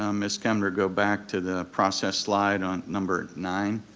um miss kemner, go back to the process slide on number nine.